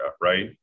right